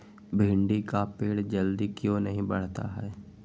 भिंडी का पेड़ जल्दी क्यों नहीं बढ़ता हैं?